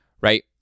right